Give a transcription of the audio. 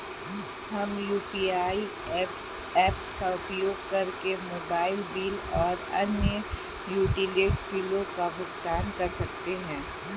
हम UPI apps का उपयोग करके मोबाइल बिल और अन्य यूटिलिटी बिलों का भुगतान कर सकते हैं